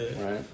Right